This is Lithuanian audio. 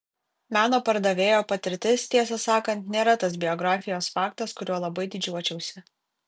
meno pardavėjo patirtis tiesą sakant nėra tas biografijos faktas kuriuo labai didžiuočiausi